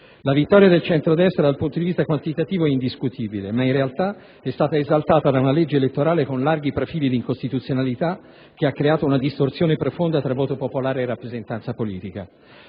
La vittoria del centrodestra dal punto di vista quantitativo è indiscutibile, ma in realtà è stata esaltata da una legge elettorale con larghi profili di incostituzionalità, che ha creato una distorsione profonda tra voto popolare e rappresentanza politica.